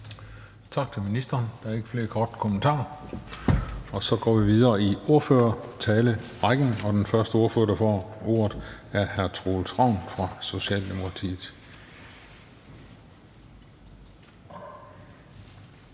Tak til ministeren. Der er ikke flere korte bemærkninger. Og så går vi videre i ordførerrækken, og den første ordfører, der får ordet, er hr. Troels Ravn fra Socialdemokratiet.